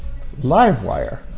Livewire